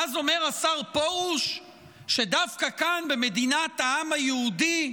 ואז אומר השר פרוש שדווקא כאן, במדינת העם היהודי,